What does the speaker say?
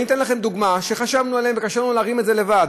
אני אתן לכם דוגמה שחשבנו עליה וקשה לנו להרים את זה לבד.